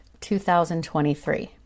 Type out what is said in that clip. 2023